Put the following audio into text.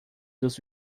dos